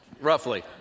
roughly